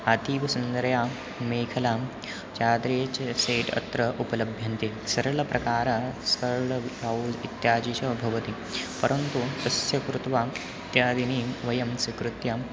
अतीवसुन्दरतया मेखलां चाद्रे च सेट् अत्र उपलभ्यन्ते सरलप्रकारः सरळ ब्लौज् इत्यादि च भवति परन्तु तस्य कृत्वा इत्यादिनि वयं स्वीकृत्य